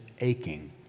aching